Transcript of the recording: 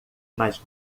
mas